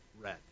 red